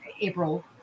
April